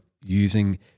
using